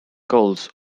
goals